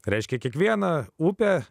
reiškia kiekviena upė